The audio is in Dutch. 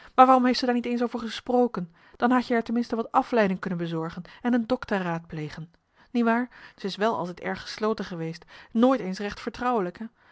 waarom heeft ze daar niet eens over gesproken dan had je haar ten minste marcellus emants een nagelaten bekentenis wat afleiding kunnen bezorgen en een dokter raadplegen niewaar ze is wel altijd erg gesloten geweest nooit eens recht vertrouwelijk